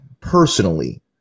personally